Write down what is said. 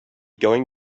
going